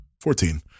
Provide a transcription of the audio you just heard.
Fourteen